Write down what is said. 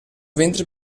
ventre